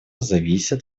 зависят